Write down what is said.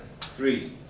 Three